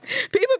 People